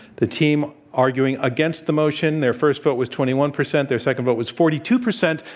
the team arguing against the motion their first vote was twenty one percent. their second vote was forty two percent.